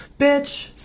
Bitch